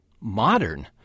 modern